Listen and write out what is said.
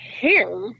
hair